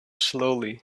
slowly